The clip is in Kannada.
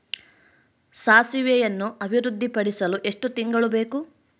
ಸಾಸಿವೆಯನ್ನು ಅಭಿವೃದ್ಧಿಪಡಿಸಲು ಎಷ್ಟು ತಿಂಗಳು ಬೇಕು?